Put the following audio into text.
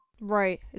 right